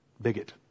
bigot